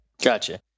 Gotcha